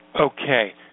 Okay